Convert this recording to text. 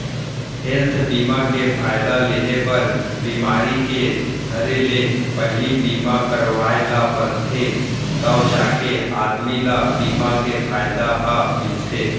health बीमा के फायदा लेहे बर बिमारी के धरे ले पहिली बीमा करवाय ल परथे तव जाके आदमी ल बीमा के फायदा ह मिलथे